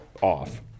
Off